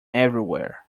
everywhere